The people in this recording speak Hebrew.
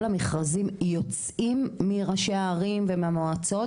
המכרזים יוצאים מראשי הערים ומהמועצות,